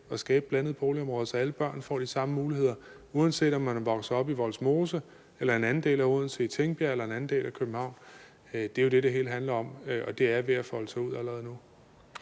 at skabe blandede boligområder, så alle børn får de samme muligheder, uanset om man er vokset op i Vollsmose eller i en anden del af Odense, i Tingbjerg eller i en anden del af København. Det er jo det, det hele handler om, og det er ved at folde sig ud allerede nu.